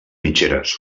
mitgeres